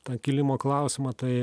tą kilimo klausimą tai